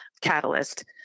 catalyst